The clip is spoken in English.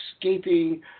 escaping